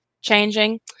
changing